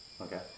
Okay